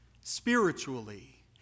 spiritually